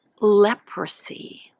leprosy